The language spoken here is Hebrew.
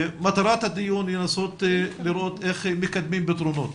מטרת הדיון היא לנסות לראות איך מקדמים פתרונות,